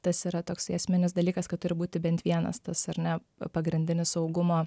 tas yra toksai esminis dalykas kad turi būti bent vienas tas ar ne pagrindinis saugumo